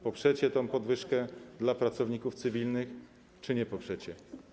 Poprzecie tę podwyżkę dla pracowników cywilnych czy nie poprzecie?